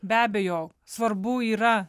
be abejo svarbu yra